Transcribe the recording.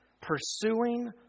pursuing